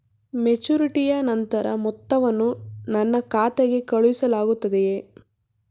ಮೆಚುರಿಟಿಯ ನಂತರ ಮೊತ್ತವನ್ನು ನನ್ನ ಖಾತೆಗೆ ಕಳುಹಿಸಲಾಗುತ್ತದೆಯೇ?